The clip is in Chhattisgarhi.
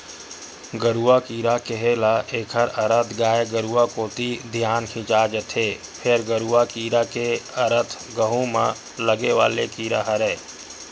गरुआ कीरा केहे ल एखर अरथ गाय गरुवा कोती धियान खिंचा जथे, फेर गरूआ कीरा के अरथ गहूँ म लगे वाले कीरा हरय